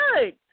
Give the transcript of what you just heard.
good